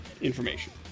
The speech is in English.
information